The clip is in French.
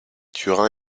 turin